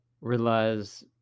realize